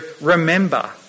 remember